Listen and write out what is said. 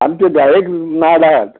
आमचे धा एक माड आहात